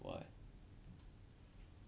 what